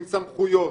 עם סמכויות,